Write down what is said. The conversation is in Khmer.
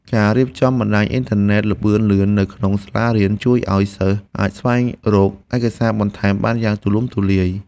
ការរៀបចំបណ្តាញអ៊ីនធឺណិតល្បឿនលឿននៅក្នុងសាលារៀនជួយឱ្យសិស្សអាចស្វែងរកឯកសារបន្ថែមបានយ៉ាងទូលំទូលាយ។